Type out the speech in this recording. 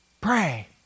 Pray